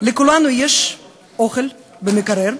לכולנו יש אוכל במקרר,